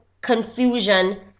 confusion